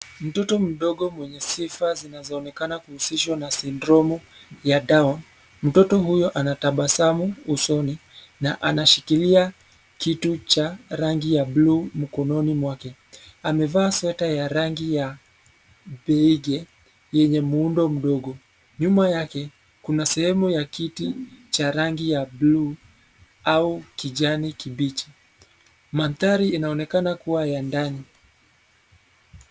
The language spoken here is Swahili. Mtoto mdogo mwenye sifa zinazoonekana kumhusishwa na syndrome ya down . Mtoto huyo anatabasamu usoni na anashikilia kitu cha rangi ya buluu. Mkononi mwake amevaa sweta ya rangi ya pinki yenye muundo mdogo. Nyuma yake kuna sehemu ya kiti cha rangi ya bluu au kijani kibichi mandhari inaonekana kuwa ya ndani.